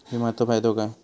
विमाचो फायदो काय?